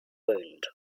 wound